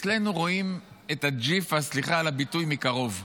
אצלנו רואים את הג'יפה, סליחה על הביטוי, מקרוב.